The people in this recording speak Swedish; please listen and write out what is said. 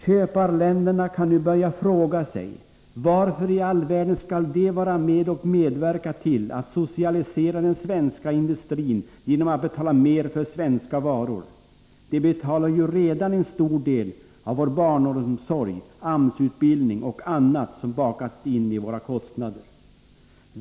Köparländerna kan nu börja fråga sig varför i all världen de skall vara med och medverka till att socialisera den svenska industrin genom att betala mer för svenska varor. De betalar ju redan en stor del av vår barnomsorg, AMS-utbildning och annat som bakats in i våra kostnader.